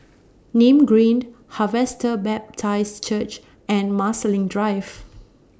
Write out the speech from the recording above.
Nim Green Harvester Baptist Church and Marsiling Drive